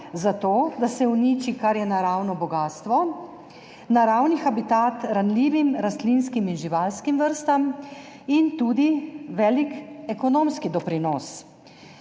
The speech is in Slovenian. za to, da se uniči, kar je naravno bogastvo, naravni habitat ranljivim rastlinskim in živalskim vrstam in tudi velik ekonomski doprinos.